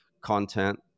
content